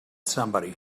somebody